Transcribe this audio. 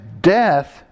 death